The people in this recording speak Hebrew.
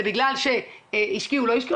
זה בגלל שהשקיעו או לא השקיעו,